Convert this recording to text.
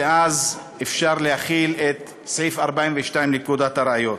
שאז אפשר להחיל את סעיף 42 לפקודת הראיות.